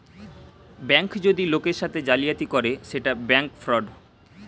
bank যদি লোকের সাথে জালিয়াতি করে সেটা ব্যাঙ্ক ফ্রড